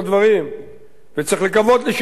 וצריך לקוות לשיתוף פעולה בעניין הזה.